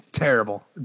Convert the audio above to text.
Terrible